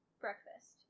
breakfast